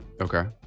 Okay